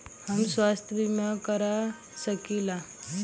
हम स्वास्थ्य बीमा करवा सकी ला?